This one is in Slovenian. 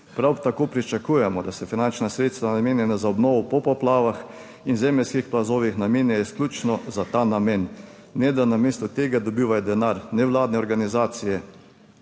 Prav tako pričakujemo, da se finančna sredstva namenjena za obnovo po poplavah in zemeljskih plazovih namenja izključno za ta namen, ne da namesto tega dobivajo denar nevladne organizacije,